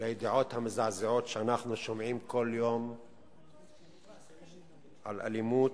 לידיעות המזעזעות שאנחנו שומעים כל יום על אלימות,